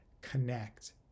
connect